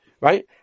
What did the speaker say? right